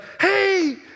hey